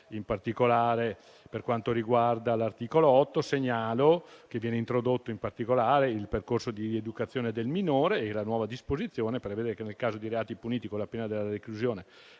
In particolare, per quanto riguarda l'articolo 8, segnalo che viene introdotto il percorso di rieducazione del minore. La nuova disposizione prevede che nel caso di reati puniti con la pena della reclusione